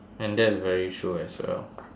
and that's very true as well